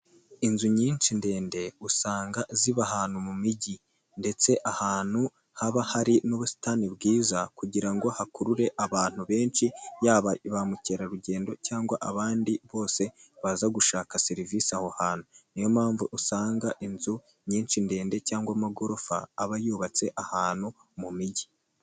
Inzu nyinshi ndende usanga ziba ahantu mu mijyi ndetse ahantu haba hari n'ubusitani bwiza kugira ngo hakurure abantu benshi yaba ba mukerarugendo cyangwa abandi bose baza gushaka serivisi aho hantu, niyo mpamvu usanga inzu nyinshi ndende cyangwa amagorofa aba yubatse ahantu mu mijyi.